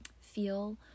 Feel